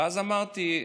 ואז אמרתי: